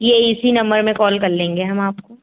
यह इसी नम्बर में कॉल कर लेंगे हम आपको